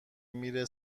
میره